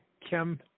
Kim